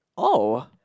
oh